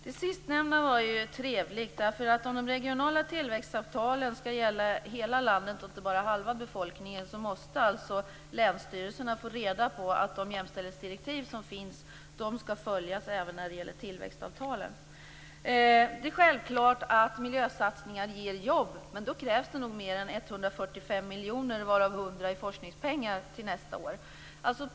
Herr talman! Det sistnämnda var trevligt. Om de regionala tillväxtavtalen skall gälla hela befolkningen, inte bara hälften av den, måste länsstyrelserna få reda på att de jämställdhetsdirektiv som finns skall följas även när det gäller tillväxtavtalen. Det är självklart att miljösatsningar ger jobb, men då krävs det nog mer än 145 miljoner till nästa år, varav 100 miljoner är forskningspengar.